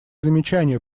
замечания